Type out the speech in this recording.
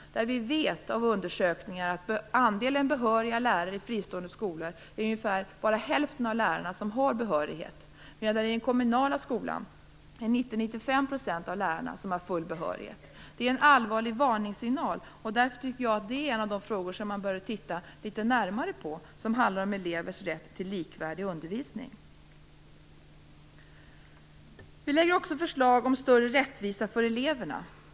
Vi vet av undersökningar av andelen behöriga lärare i fristående skolor att ungefär hälften av lärarna har behörighet. I den kommunala skolan är det 90-95 % som har full behörighet. Det är en allvarlig varningssignal. Därför tycker jag att det är en av de frågor som man behöver titta litet närmare på. Den handlar om elevers rätt till likvärdig undervisning. Vi lägger också fram förslag om större rättvisa för eleverna.